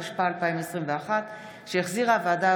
מה אתם חושבים, שתתישו אותנו?